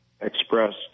expressed